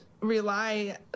rely